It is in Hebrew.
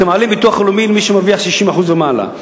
אתם מעלים ביטוח לאומי למי שמרוויח 60% ומעלה.